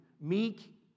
meek